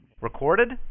Recorded